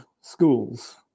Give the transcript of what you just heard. schools